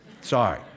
Sorry